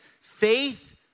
faith